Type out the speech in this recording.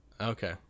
Okay